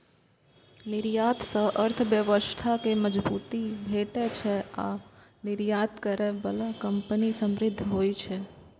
निर्यात सं अर्थव्यवस्था कें मजबूती भेटै छै आ निर्यात करै बला कंपनी समृद्ध होइ छै